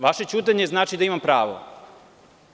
Vaše ćutanje znači da imam pravo?